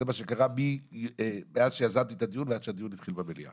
זה מה שקרה מאז שיזמתי את הדיון עד שהדיון התחיל המליאה.